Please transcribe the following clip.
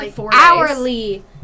hourly